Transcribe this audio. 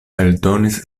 eldonis